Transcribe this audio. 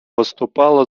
выступала